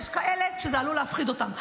יש כאלה שזה עלול להפחיד אותם.